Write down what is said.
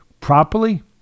properly